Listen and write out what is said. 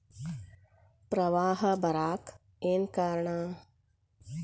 ಪ್ರವಾಹ ಬರಾಕ್ ಏನ್ ಕಾರಣ?